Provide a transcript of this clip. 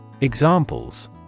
Examples